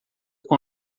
com